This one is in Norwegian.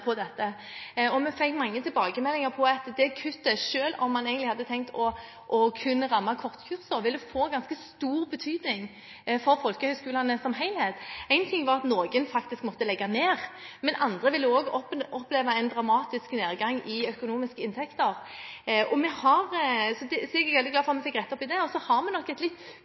på dette, og vi fikk mange tilbakemeldinger om at dette kuttet, selv om man egentlig hadde tenkt det kunne ramme kortkursene, ville få ganske stor betydning for folkehøgskolene som helhet. En ting er at noen faktisk måtte legge ned, men andre ville også oppleve en dramatisk nedgang rent økonomisk. Så jeg er veldig glad for at vi fikk rettet opp i det. Så har vi nok – Venstre og regjeringspartiene – et litt